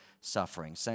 suffering